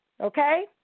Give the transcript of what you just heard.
Okay